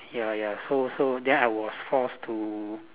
ya ya so so then I was forced to